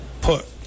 put